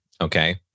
Okay